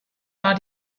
war